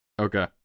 Okay